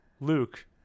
Luke